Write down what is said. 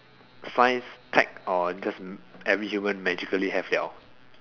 science tech or just every human magically have [liao]